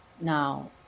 Now